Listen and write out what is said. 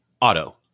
Auto